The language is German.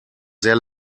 sehr